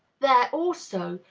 there, also,